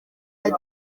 ati